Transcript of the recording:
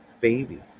baby